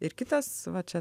ir kitas va čia